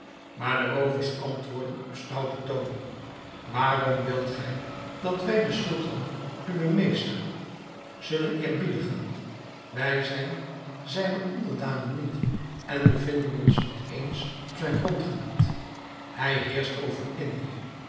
maar de roovers antwoordden op stouten toon waarom wilt gij dat wij den sultan uwen meester zullen eerbiedigen wij zijn zijne onderdanen niet en bevinden ons niet eens op zijn grondgebied hij heerscht over indië